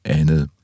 andet